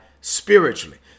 spiritually